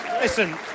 listen